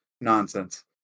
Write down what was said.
nonsense